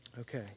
Okay